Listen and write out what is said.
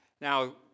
Now